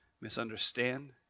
misunderstand